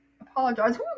apologize